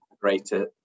greater